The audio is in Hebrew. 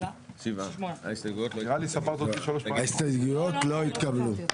7 נמנעים, 0 ההסתייגויות לא התקבלו.